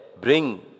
bring